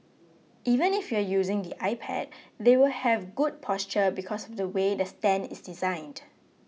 even if you're using the iPad they will have good posture because of the way the stand is designed